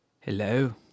Hello